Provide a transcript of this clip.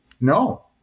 No